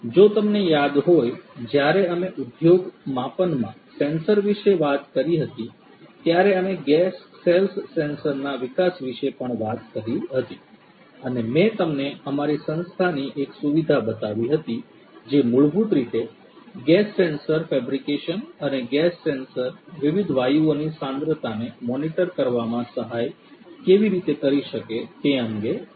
જો તમને યાદ હોય જ્યારે અમે ઉદ્યોગ માપનમાં સેન્સર વિશે વાત કરી હતી ત્યારે અમે ગેસ સેલ્સ સેન્સરના વિકાસ વિશે પણ વાત કરી હતી અને મેં તમને અમારી સંસ્થાની એક સુવિધા બતાવી હતી જે મૂળભૂત રીતે ગેસ સેન્સર ફેબ્રિકેશન અને ગેસ સેન્સર વિવિધ વાયુઓની સાંદ્રતાને મોનિટર કરવામાં સહાય કેવી રીતે કરી શકે તે અંગે છે